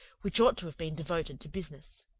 which ought to have been devoted to business.